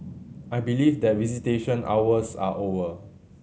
I believe that visitation hours are over